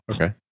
okay